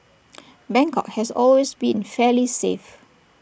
Bangkok has always been fairly safe